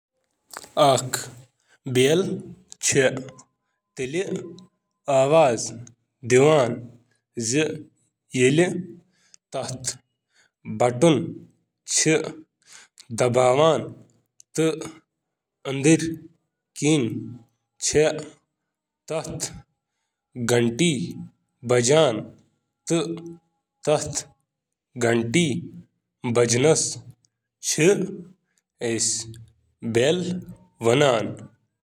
گھنٹی چِھ آواز پٲدٕ کران ییلہٕ یہٕ ہوا ہتھوڑٕ سۭتۍ لگان چُھ ییلہٕ گھنٹی ہتھوڑٕ سۭتۍ لگان چِھ ییلہٕ یہٕ کمپن شروع چُھ کران۔ چونکہ کمپن وٲل اشیاء چِھ آواز پٲدٕ کران۔ توٲی چُھ گھنٹی آواز پٲدٕ کران۔